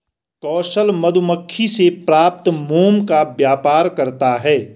कौशल मधुमक्खी से प्राप्त मोम का व्यापार करता है